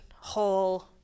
whole